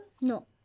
No